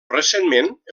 recentment